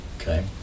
Okay